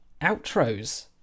outros